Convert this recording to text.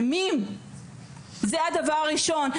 זה הדבר הראשון.